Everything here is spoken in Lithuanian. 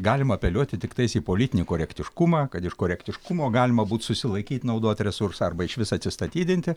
galima apeliuoti tiktais į politinį korektiškumą kad iš korektiškumo galima būt susilaikyti naudot resursą arba išvis atsistatydinti